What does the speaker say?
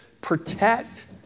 protect